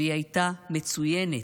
והיא הייתה מצוינת.